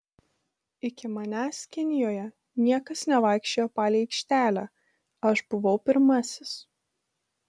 iki manęs kinijoje niekas nevaikščiojo palei aikštelę aš buvau pirmasis